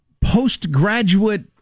postgraduate